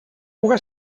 puga